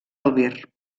albir